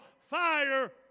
fire